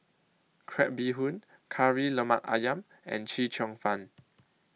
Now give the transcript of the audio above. Crab Bee Hoon Kari Lemak Ayam and Chee Cheong Fun